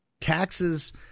taxes